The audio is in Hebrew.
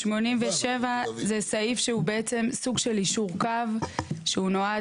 87 זה סעיף שהוא בעצם סוג של יישור קו שנועד